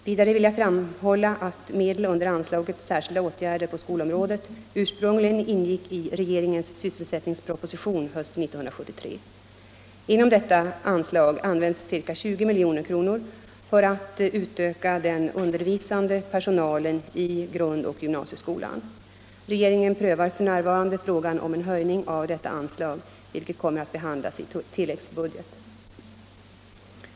Vidare vill jag framhålla att medel under anslaget Särskilda åtgärder på skolområdet ursprungligen ingick i regeringens sysselsättningsproposition hösten 1973. Inom detta anslag används ca 20 milj.kr. för att utöka den undervisande personalen i grundoch gymnasieskolan. Regeringen prövar f.n. frågan om en höjning av detta anslag, vilket kommer att behandlas i tilläggsbudget.